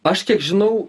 aš kiek žinau